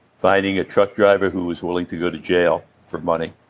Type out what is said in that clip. finding a truck driver who was willing to go to jail for money.